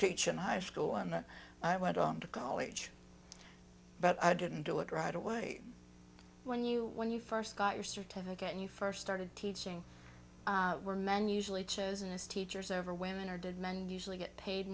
teach in high school and i went on to college but i didn't do it right away when you when you first got your certificate and you first started teaching were men usually chosen as teachers over women or did men usually get paid